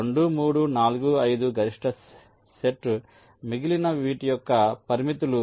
2 3 4 5 గరిష్ట సెట్ మిగిలినవి వీటి యొక్క ఉపసమితులు